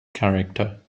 character